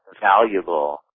valuable